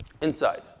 Inside